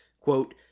quote